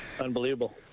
unbelievable